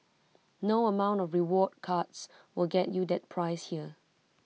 no amount of rewards cards will get you that price here